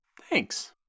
thanks